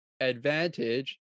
advantage